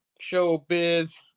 Showbiz